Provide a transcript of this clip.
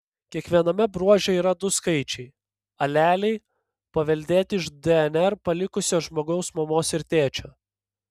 kiekviename bruože yra du skaičiai aleliai paveldėti iš dnr palikusio žmogaus mamos ir tėčio